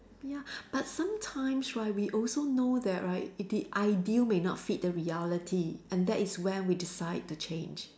ya but sometimes right we also know that right it the ideal may not fit the reality and that is when we decide to change